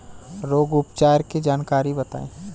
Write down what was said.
रोग उपचार के जानकारी बताई?